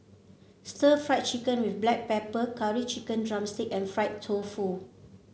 stir Fry Chicken with Black Pepper Curry Chicken drumstick and Fried Tofu